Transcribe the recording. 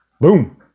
boom